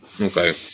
Okay